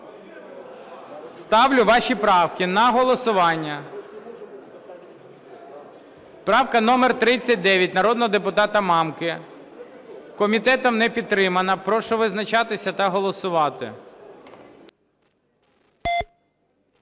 Ставлю ваші правки на голосування. Правка номер 39 народного депутата Мамки. Комітетом не підтримана. Прошу визначатися та голосувати.